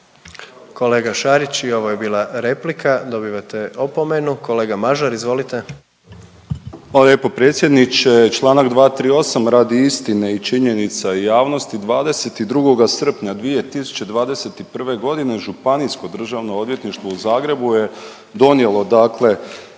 Kolega Šarić i ovo je bila replika dobivate opomenu. Kolga Mažar izvolite. **Mažar, Nikola (HDZ)** Hvala lijepo predsjedniče. Čl. 238., radi istine i činjenica i javnosti, 22. srpnja 2021.g. Županijsko državno odvjetništvo u Zagrebu je donijelo dakle